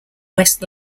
west